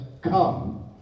come